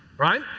right.